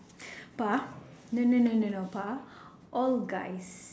but no no no no no but all guys